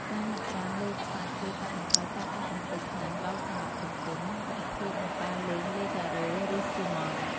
ការហាត់ប្រាណលើខ្សាច់ជួយកាត់បន្ថយការប៉ះទង្គិចខ្លាំងដល់សន្លាក់ជង្គង់ បើធៀបនឹងការលេងលើការ៉ូ ឬស៊ីម៉ង់ត៍។